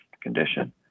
condition